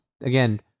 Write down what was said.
again